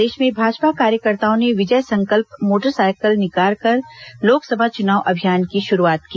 प्रदेश में भाजपा कार्यकर्ताओं ने विजय संकल्प मोटरसाइकिल रैली निकालकर लोकसभा चुनाव अभियान की शुरूआत की